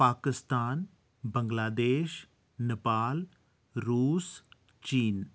पाकिस्तान बंग्लादेश नेपाल रूस चीन